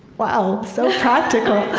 wow, so practical.